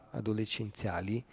adolescenziali